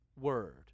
Word